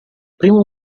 primo